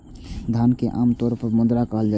धन कें आम तौर पर मुद्रा कहल जाइ छै